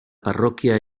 parroquia